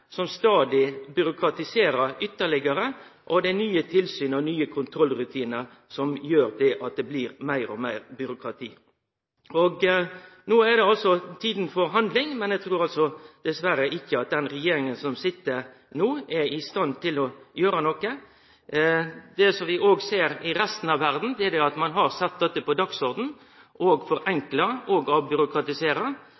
som fører til stadig meir byråkratisering, og det er nye tilsyn og nye kontrollrutinar som gjer at det blir meir og meir byråkrati. No er det altså tid for handling, men eg trur dessverre ikkje at den regjeringa som sit no, er i stand til å gjere noko. Det som vi òg ser i resten av verda, er at ein har sett dette med å forenkle og